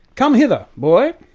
come hither, boy.